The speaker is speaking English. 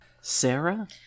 Sarah